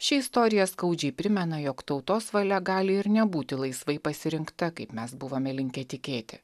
ši istorija skaudžiai primena jog tautos valia gali ir nebūti laisvai pasirinkta kaip mes buvome linkę tikėti